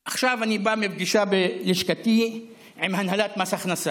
עכשיו אני בא מפגישה בלשכתי עם הנהלת מס הכנסה,